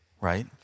Right